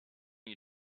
you